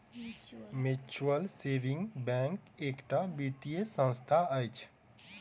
mutual saving bank एकटा वित्तीय संस्था अछि